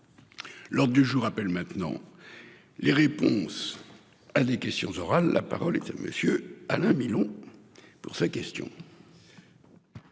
Lors du jour appelle maintenant. Les réponses à des questions orales. La parole est à monsieur Alain Milon. Pour sa question.--